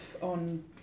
on